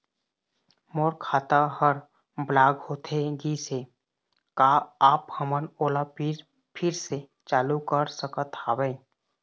मोर खाता हर ब्लॉक होथे गिस हे, का आप हमन ओला फिर से चालू कर सकत हावे?